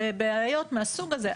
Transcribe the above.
בבעיות מהסוג הזה.